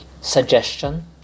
suggestion